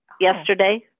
yesterday